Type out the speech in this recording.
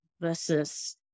versus